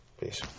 Peace